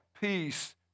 peace